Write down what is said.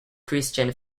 christian